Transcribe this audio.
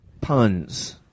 puns